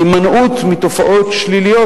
הימנעות מתופעות שליליות.